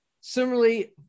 Similarly